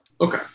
Okay